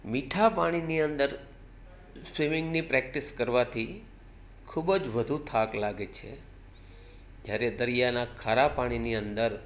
મીઠા પાણીની અંદર સ્વિમિંગની પ્રેક્ટિસ કરવાથી ખૂબ જ વધુ થાક લાગે છે જ્યારે દરિયાના ખારા પાણીની અંદર